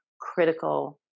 critical